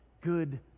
good